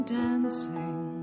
dancing